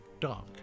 dark